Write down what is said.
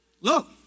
Look